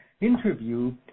interview